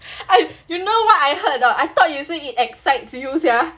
you know what I heard or not I thought you say it excite you sia